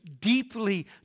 deeply